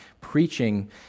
preaching